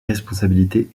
responsabilités